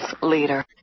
leader